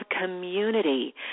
community